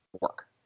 work